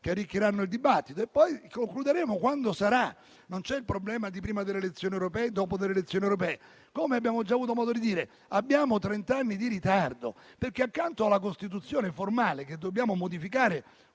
che arricchiranno il dibattito, e concluderemo quando sarà il momento. Non vi è il problema di concludere prima o dopo le elezioni europee. Come abbiamo già avuto modo di dire, abbiamo trent'anni di ritardo perché, accanto alla Costituzione formale, che dobbiamo modificare